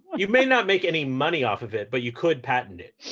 you may not make any money off of it. but you could patent it.